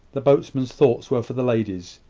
the boatmen's thoughts were for the ladies,